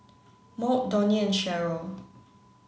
Maud Donnie and Cheryl